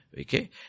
Okay